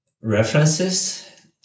references